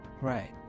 Right